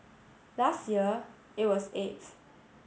last year it was eighth